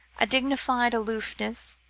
a dignified aloofness,